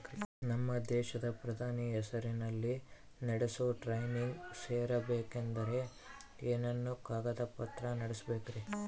ನಮ್ಮ ದೇಶದ ಪ್ರಧಾನಿ ಹೆಸರಲ್ಲಿ ನಡೆಸೋ ಟ್ರೈನಿಂಗ್ ಸೇರಬೇಕಂದರೆ ಏನೇನು ಕಾಗದ ಪತ್ರ ನೇಡಬೇಕ್ರಿ?